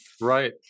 right